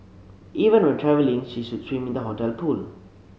even when travelling she should swim in the hotel pool